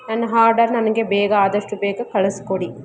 ನನ್ನ ಹಾರ್ಡರ್ ನನಗೆ ಬೇಗ ಆದಷ್ಟು ಬೇಗ ಕಳಿಸ್ಕೊಡಿ